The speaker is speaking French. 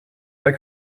pas